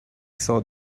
saw